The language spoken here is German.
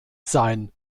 sein